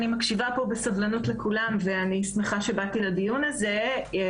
אני מקשיבה פה בסבלנות לכולם ואני שמחה שבאתי לדיון הזה.